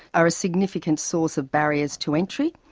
are a significant source of barriers to entry,